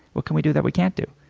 what can we do that we can't do?